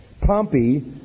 Pompey